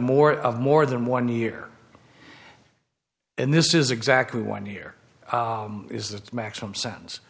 more of more than one year and this is exactly one year is the maximum sentence